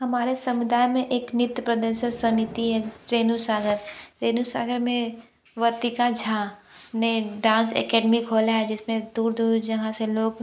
हमारे संविधान में एक नित्त प्रर्दशन समिति है रेनू सागर रेनू सागर में वर्तिका झा ने डान्स अकेडमी खोला है जिसमें दूर दूर जहाँ से लोग